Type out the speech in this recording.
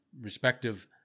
respective